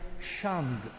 shunned